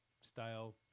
style